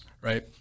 right